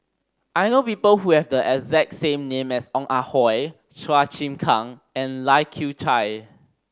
I know people who have the exact name as Ong Ah Hoi Chua Chim Kang and Lai Kew Chai